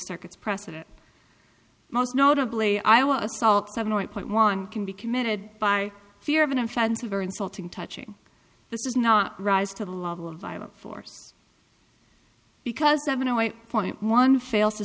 circuits precedent most notably i was salt seven or eight point one can be committed by fear of an offensive or insulting touching this is not rise to the level of violent force because i've been away for one fails to